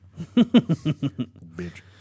Bitch